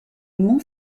mont